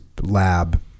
lab